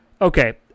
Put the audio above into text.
Okay